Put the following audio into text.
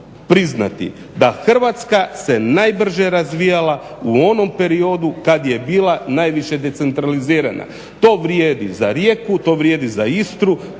priznati da Hrvatska se najbrže razvijala u onom periodu kad je bila najviše decentralizirana. To vrijedi za Rijeku, to vrijedi za Istru,